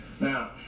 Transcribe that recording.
Now